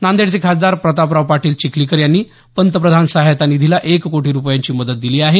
नांदेडचे खासदार प्रतापराव पाटील चिखलीकर यांनी पंतप्रधान सहायता निधीला एक कोटी रुपयांची मदत दिली आहे